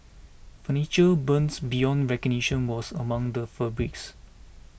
furniture burned beyond recognition was among the fabrics